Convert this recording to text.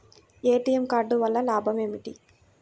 ATM card వల్ల లాభం ఏమిటి?